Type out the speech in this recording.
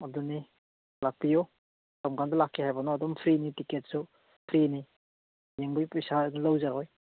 ꯑꯗꯨꯅꯤ ꯂꯥꯛꯄꯤꯌꯨ ꯀꯔꯝ ꯀꯥꯟꯗ ꯂꯥꯛꯀꯦ ꯍꯥꯏꯕꯅꯣ ꯑꯗꯨꯝ ꯐ꯭ꯔꯤꯅꯤ ꯇꯤꯀꯦꯠꯁꯨ ꯐ꯭ꯔꯤꯅꯤ ꯌꯦꯡꯕꯩ ꯄꯩꯁꯥꯁꯨ ꯂꯧꯖꯔꯣꯏ